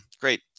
Great